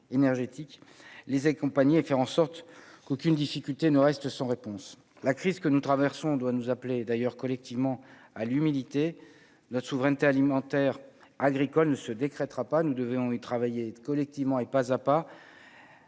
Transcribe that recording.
énergétique, les accompagner et faire en sorte qu'aucune difficulté ne reste sans réponse : la crise que nous traversons, doit nous appeler d'ailleurs collectivement à l'humidité, la souveraineté alimentaire agricole ne se décrétera pas, nous devons y travailler collectivement et pas à pas.